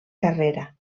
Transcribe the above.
carrera